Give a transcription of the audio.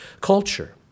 culture